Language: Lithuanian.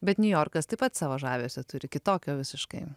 bet niujorkas taip pat savo žavesio turi kitokio visiškai